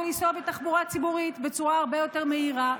לנסוע בתחבורה ציבורית בצורה הרבה יותר מהירה,